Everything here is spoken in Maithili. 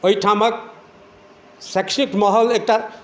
ओहिठामके शैक्षणिक माहौल एकटा